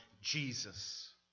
Jesus